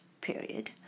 period